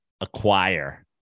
acquire